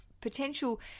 potential